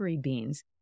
beans